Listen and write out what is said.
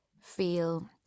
feel